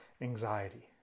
anxiety